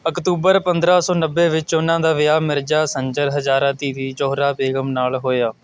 October ਪੰਦਰਾਂ ਸੌ ਨੱਬੇ ਵਿੱਚ ਉਨ੍ਹਾਂ ਦਾ ਵਿਆਹ ਮਿਰਜ਼ਾ ਸੰਜਰ ਹਜ਼ਾਰਾ ਜ਼ੋਹਰਾ ਬੇਗਮ ਨਾਲ ਹੋਇਆ